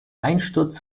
einsturz